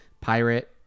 Pirate